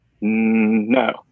no